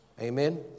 Amen